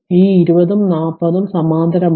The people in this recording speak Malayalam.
ഈ 20 ഉം 40 ഉം സമാന്തരമാണ്